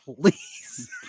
Please